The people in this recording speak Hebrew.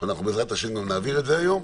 ואנחנו בעזרת השם גם נעביר את זה היום.